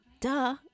Duh